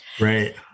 Right